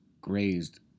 grazed